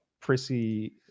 prissy